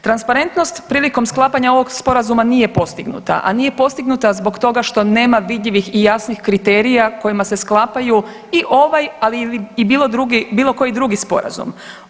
Transparentnost prilikom sklapanja ovog Sporazuma nije postignuta, a nije postignuta zbog toga što nema vidljivih i jasnih kriterija kojima se sklapaju i ovaj, ali i bilo koji drugi sporazum.